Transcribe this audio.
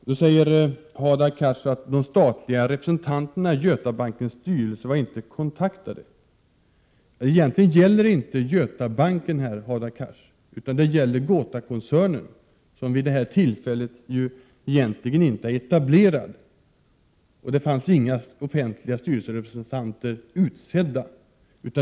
Hadar Cars säger att de statliga representanterna i Götabankens styrelse inte var kontaktade. Egentligen gällde det här inte Götabanken, Hadar Cars, utan det gällde GotaGruppen-koncernen, som vid det här tillfället egentligen inte var etablerad, och det fanns inga offentliga styrelserepresentanter utsedda.